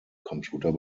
computer